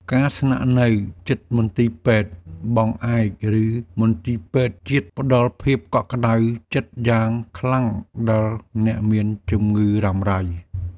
ការស្នាក់នៅជិតមន្ទីរពេទ្យបង្អែកឬមន្ទីរពេទ្យជាតិផ្តល់ភាពកក់ក្តៅចិត្តយ៉ាងខ្លាំងដល់អ្នកមានជំងឺរ៉ាំរ៉ៃ។